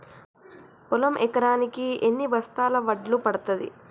పొలం ఎకరాకి ఎన్ని బస్తాల వడ్లు పండుతుంది?